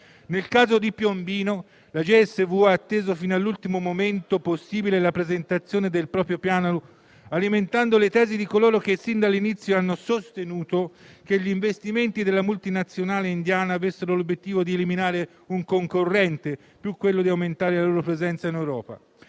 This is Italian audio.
Nel caso di Piombino, la JSW ha atteso fino all'ultimo momento possibile la presentazione del proprio piano, alimentando le tesi di coloro che, fin dall'inizio, hanno sostenuto che gli investimenti della multinazionale indiana avessero l'obiettivo di eliminare un concorrente più che quello di aumentare la loro presenza in Europa.